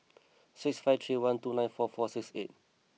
six five three one two nine four four six eight